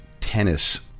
tennis